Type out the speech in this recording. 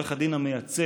העורך דין המייצג,